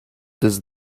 does